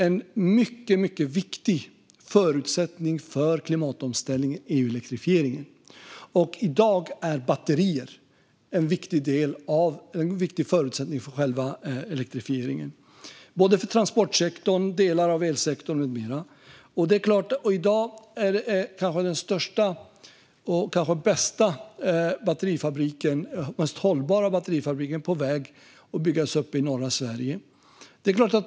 En mycket viktig förutsättning för klimatomställningen är ju elektrifieringen, och i dag är batterier en viktig förutsättning för själva elektrifieringen, både för transportsektorn och för delar av elsektorn med mera. I dag är den kanske största, kanske bästa och mest hållbara batterifabriken på väg att byggas upp i norra Sverige.